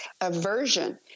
aversion